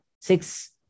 six